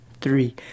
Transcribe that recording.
three